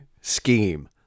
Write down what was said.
scheme